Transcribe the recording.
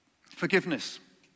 Forgiveness